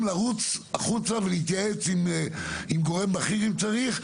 לרוץ החוצה ולהתייעץ גם עם גורם בכיר אם צריך,